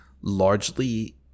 largely